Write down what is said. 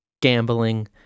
gambling